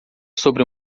sobre